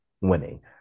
winning